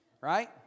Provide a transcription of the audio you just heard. Right